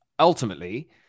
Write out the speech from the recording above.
Ultimately